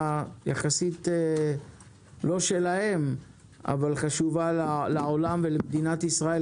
לא שלהם אבל חשובה לעולם ולמדינת ישראל,